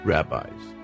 rabbis